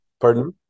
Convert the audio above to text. Pardon